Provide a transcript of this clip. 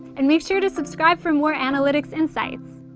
and make sure to subscribe for more analytics insights.